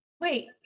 Wait